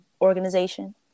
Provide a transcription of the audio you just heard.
organization